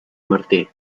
martí